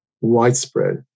widespread